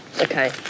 Okay